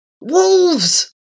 Wolves